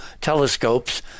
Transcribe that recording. telescopes